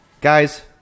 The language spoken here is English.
Guys